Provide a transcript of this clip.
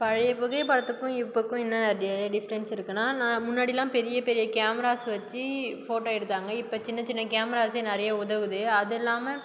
பழைய புகை படத்துக்கும் இப்போக்கும் என்னான நிறைய டிஃப்ரென்ஸ் இருக்குன்னா நான் முன்னாடிலா பெரிய பெரிய கேமராஸ் வச்சு ஃபோட்டோ எடுத்தாங்க இப்போ சின்ன சின்ன கேமராசே நிறையா உதவுது அதுயில்லாமல்